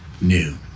new